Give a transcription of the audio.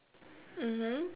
mmhmm